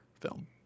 film